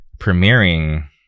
premiering